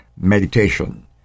meditation